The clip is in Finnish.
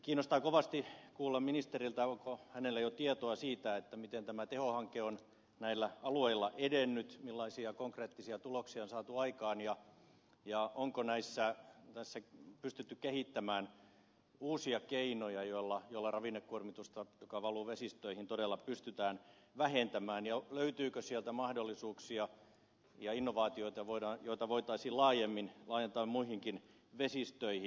kiinnostaa kovasti kuulla ministeriltä onko hänellä jo tietoa siitä miten tämä tehohanke on näillä alueilla edennyt millaisia konkreettisia tuloksia on saatu aikaan ja onko tässä pystytty kehittämään uusia keinoja joilla ravinnekuormitusta joka valuu vesistöihin todella pystytään vähentämään ja löytyykö sieltä mahdollisuuksia ja innovaatioita joita voitaisiin laajentaa muihinkin vesistöihin